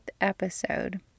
episode